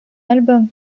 album